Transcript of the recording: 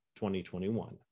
2021